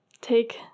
take